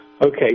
Okay